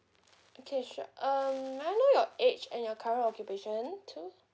okay sure um may I know your age and your current occupation too